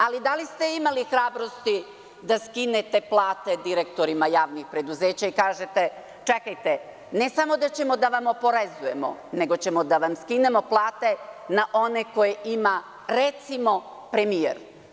Ali, da li ste imali hrabrosti da skinete plate direktorima javnih preduzeća i kažete – čekajte, ne samo da ćemo da vam oporezujemo, nego ćemo da vam skinemo plate na one koje ima, recimo, premijer?